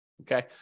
Okay